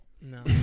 No